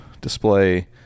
display